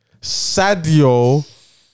Sadio